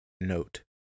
Note